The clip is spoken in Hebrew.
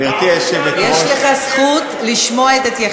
יש לך זכות לשמוע את התייחסותו.